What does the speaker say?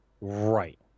Right